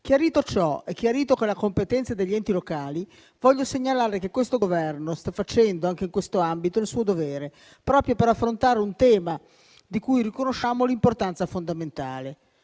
Chiarito ciò e chiarito che la competenza è degli enti locali, voglio segnalare che questo Governo sta facendo anche in questo ambito il suo dovere, proprio per affrontare un tema di cui riconosciamo l'importanza fondamentale.